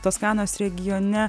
toskanos regione